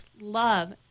love